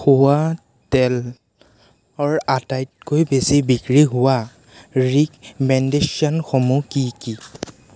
খোৱা তেলৰ আটাইতকৈ বেছি বিক্ৰী হোৱা ৰিমেণ্ডেশ্যনসমূহ কি কি